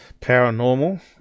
paranormal